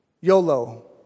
YOLO